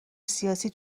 سیاسی